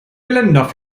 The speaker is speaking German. geländer